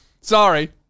Sorry